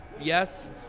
yes